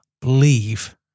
believe